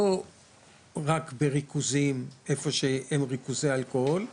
לא רק בריכוזים, איפה שהם ריכוזי אלכוהול,